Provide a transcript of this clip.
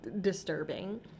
disturbing